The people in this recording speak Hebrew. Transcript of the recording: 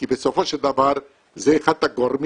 כי בסופו של דבר זה אחד הגורמים,